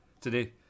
today